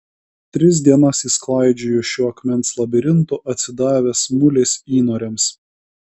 tris dienas jis klaidžiojo šiuo akmens labirintu atsidavęs mulės įnoriams